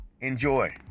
Enjoy